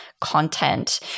content